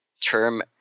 term